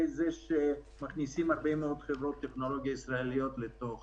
זה שמכניסים הרבה מאוד חברות טכנולוגיה ישראליות לתוך